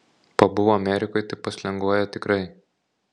pabuvo amerikoj tai paslenguoja tikrai